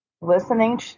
listening